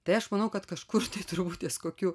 tai aš manau kad kažkur tai turbūt ties kokiu